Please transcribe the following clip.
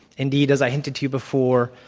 indeed, as i hinted to you before,